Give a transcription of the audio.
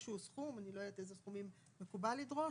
איזשהו סכום אני לא יודעת איזה סכומים מקובל לדרוש,